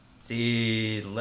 see